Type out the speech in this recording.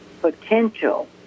potential